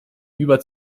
über